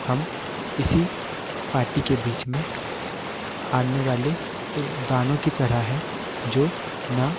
हम इसी पार्टी के बीच में आने वाले दानव की तरह है जो ना